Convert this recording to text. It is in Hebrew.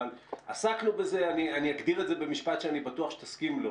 אני אגדיר את זה במשפט שאני בטוח שתסכים לו.